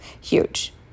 huge